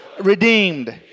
redeemed